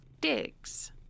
digs